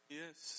yes